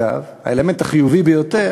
ובעיקר, אגב, האלמנט החיובי ביותר